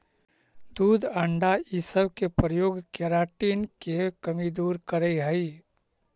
दूध अण्डा इ सब के प्रयोग केराटिन के कमी दूर करऽ हई